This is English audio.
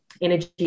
energy